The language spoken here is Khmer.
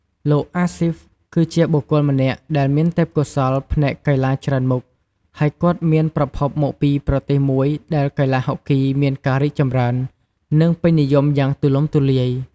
លោកអាស៊ីហ្វ គឺជាបុគ្គលម្នាក់ដែលមានទេពកោសល្យផ្នែកកីឡាច្រើនមុខ ហើយគាត់មានប្រភពមកពីប្រទេសមួយដែលកីឡាហុកគីមានការរីកចម្រើន និងពេញនិយមយ៉ាងទូលំទូលាយ។